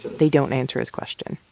they don't answer his question.